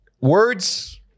words